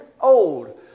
old